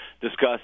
discuss